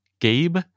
gabe